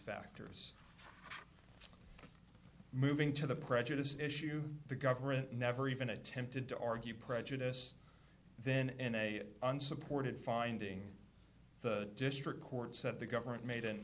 factors moving to the prejudice issue the government never even attempted to argue prejudice then in a unsupported finding the district court said the government made